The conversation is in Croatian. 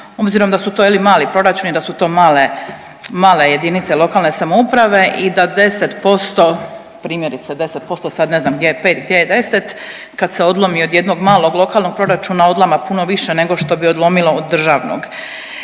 Obzirom da su to mali proračuni, da su to male jedinice lokalne samouprave i da 10%, primjerice 10% sad ne znam gdje je pet, gdje je 10 kad se odlomi od jednog malog lokalnog proračuna odlama puno više nego što bi odlomilo od državnog.